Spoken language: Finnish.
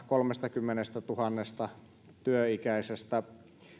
kolmestakymmenestätuhannesta suomalaisesta työikäisestä